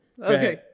Okay